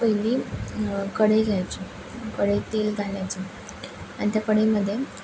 पहिली कढई घ्यायची कढईत तेल घालायचं आणि त्या कढईमध्ये